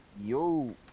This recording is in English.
yo